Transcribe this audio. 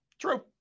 True